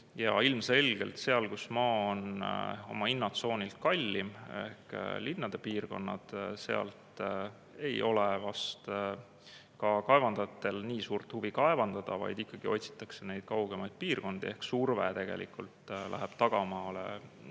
Ilmselgelt seal, kus maa on oma hinnatsoonilt kallim ehk linnade piirkonnad, ei ole vast ka kaevandajatel nii suurt huvi kaevandada, vaid ikkagi otsitakse kaugemaid piirkondi ehk surve tagamaale läheb alati